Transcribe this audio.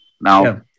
Now